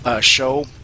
show